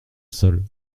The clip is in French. seule